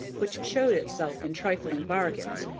which showed itself in trifling bargains,